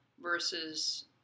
versus